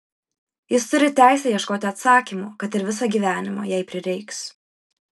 jis turi teisę ieškoti atsakymų kad ir visą gyvenimą jei prireiks